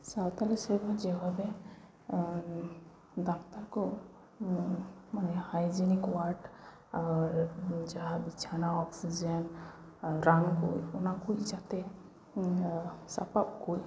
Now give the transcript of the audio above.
ᱥᱟᱶᱛᱟᱞᱤ ᱥᱮᱨᱢᱟ ᱡᱮᱵᱷᱟᱵᱮ ᱰᱟᱠᱛᱟᱨ ᱠᱚ ᱢᱟᱱᱮ ᱦᱟᱭᱡᱮᱱᱤᱠ ᱚᱣᱟᱰ ᱟᱨ ᱡᱟᱦᱟᱸ ᱵᱤᱪᱷᱟᱱᱟ ᱚᱠᱥᱤᱡᱮᱡᱮ ᱨᱟᱱ ᱠᱚ ᱚᱱᱟ ᱠᱚ ᱡᱟᱛᱮ ᱥᱟᱯᱟᱵ ᱠᱚ